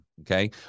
okay